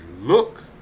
look